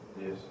Yes